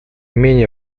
менее